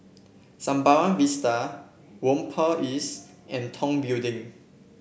Sembawang Vista Whampoa East and Tong Building